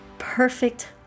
perfect